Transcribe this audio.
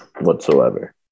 whatsoever